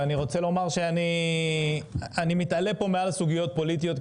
ואני רוצה לומר שאני מתעלה פה מעל הסוגיות הפוליטיות,